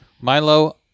Milo